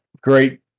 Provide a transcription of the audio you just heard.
great